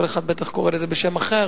כל אחד בטח קורא לזה בשם אחר,